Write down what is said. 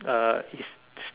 uh is